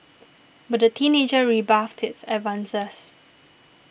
but the teenager rebuffed his advances